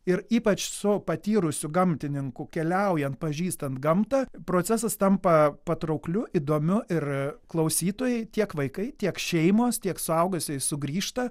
ir ypač su patyrusiu gamtininku keliaujant pažįstant gamtą procesas tampa patraukliu įdomiu ir klausytojai tiek vaikai tiek šeimos tiek suaugusieji sugrįžta